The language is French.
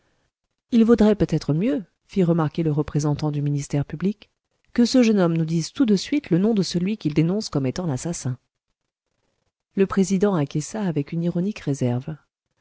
il vaudrait peut-être mieux fit remarquer le représentant du ministère public que ce jeune homme nous dise tout de suite le nom de celui qu'il dénonce comme étant l'assassin le président acquiesça avec une ironique réserve